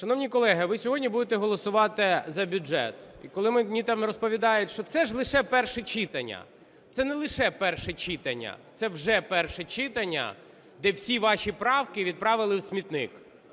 Шановні колеги, ви сьогодні будете голосувати за бюджет. І коли мені там розповідають, що це ж лише перше читання, це не лише перше читання, це вже перше читання, де всі ваші правки відправили у смітник.